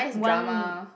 one